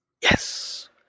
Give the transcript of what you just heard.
Yes